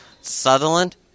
Sutherland